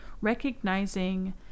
Recognizing